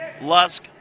Lusk